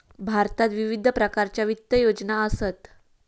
भारतात विविध प्रकारच्या वित्त योजना असत